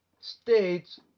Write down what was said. states